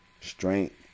Strength